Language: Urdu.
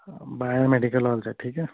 بائیں میڈیکل ہال سے ٹھیک ہے